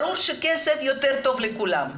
ברור שכסף יותר טוב לכולם.